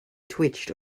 twitched